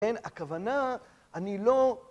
כן, הכוונה, אני לא...